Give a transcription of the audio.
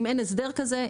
אם אין הסדר כזה,